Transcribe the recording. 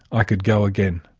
i could go again.